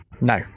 no